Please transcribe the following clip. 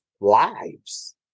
lives